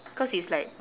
cause it's like